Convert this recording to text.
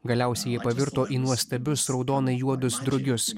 galiausiai jie pavirto į nuostabius raudonai juodus drugius